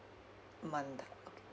month